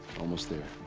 almost there.